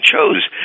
chose